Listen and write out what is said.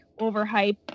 overhyped